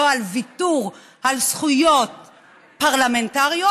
לא על ויתור על זכויות פרלמנטריות,